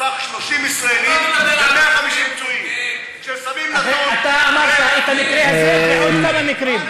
שרצח 30 ישראלים ופצע 150. אתה אמרת את המקרה הזה ועוד כמה מקרים.